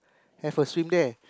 have a swim there